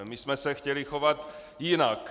My jsme se chtěli chovat jinak.